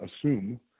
assume